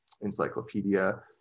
encyclopedia